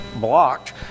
blocked